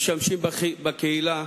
משמשים בקהילה.